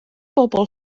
bobl